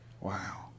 Wow